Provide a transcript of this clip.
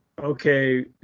okay